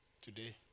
Today